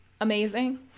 amazing